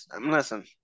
listen